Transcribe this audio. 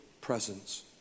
presence